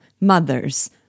mothers